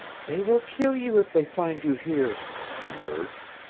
they will kill you if they find you here, she urged.